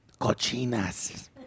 Cochinas